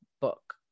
book